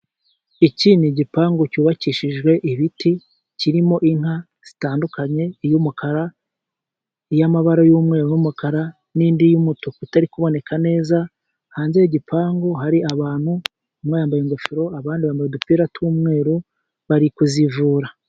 Iki ni igipangu cyubakishijwe ibiti, kirimo inka zitandukanye iy'umukara, iy'amabara y'umweru n'umukara, n'indi y'umutuku itari kuboneka neza. Hanze y'igipangu hari abantu bambaye ingofero, abandi bambaye udupira tw'umweru bari kuzivura.